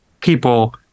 people